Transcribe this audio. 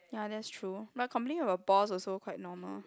ya that's true but complaining about boss also quite normal